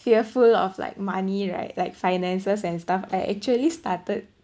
fearful of like money right like finances and stuff I actually started